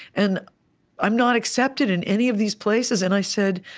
and i'm not accepted in any of these places. and i said,